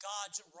God's